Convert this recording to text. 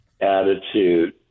attitude